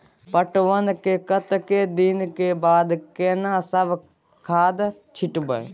पटवन के कतेक दिन के बाद केना सब खाद छिटबै?